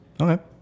Okay